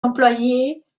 employés